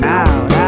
out